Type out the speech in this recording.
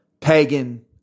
pagan